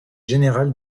général